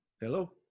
Hello